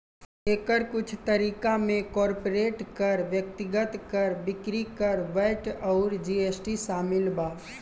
एकर कुछ तरीका में कॉर्पोरेट कर, व्यक्तिगत कर, बिक्री कर, वैट अउर जी.एस.टी शामिल बा